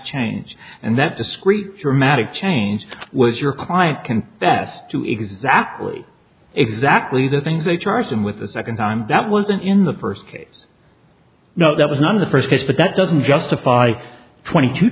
change and that discrete dramatic change was your client confessed to exactly exactly the things they charged him with the second time that wasn't in the first case no that was not in the first case but that doesn't justify twenty two